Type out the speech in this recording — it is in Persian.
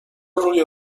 روی